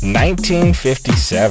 1957